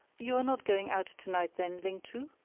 you are not going out to-night then, ling chu?